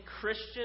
Christian